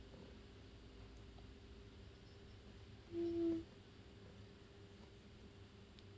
mm